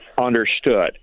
Understood